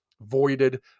voided